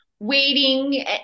waiting